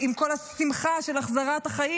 עם כל השמחה של החזרת החיים,